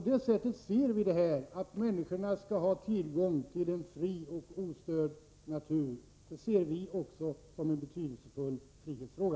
Vi ser detta — att människorna skall ha tillgång till en fri och ostörd natur — som en betydelsefull frihetsfråga.